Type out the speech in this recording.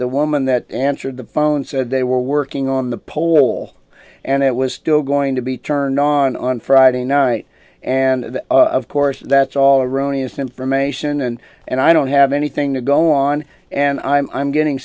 the woman that answered the phone said they were working on the pole and it was still going to be turned on on friday night and of course that's all erroneous information and and i don't have anything to go on and i'm getting